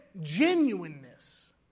genuineness